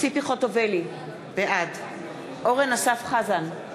ציפי חוטובלי, בעד אורן אסף חזן,